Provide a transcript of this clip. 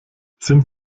sind